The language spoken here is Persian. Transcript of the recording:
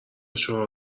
چهار